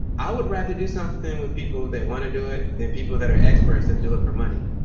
i would rather do something with people that want to do it, then people that are experts that do it for money,